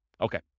Okay